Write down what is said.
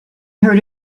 heard